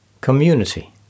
community